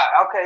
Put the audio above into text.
Okay